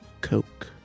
Coke